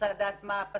ובית המשפט פסק